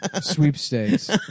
sweepstakes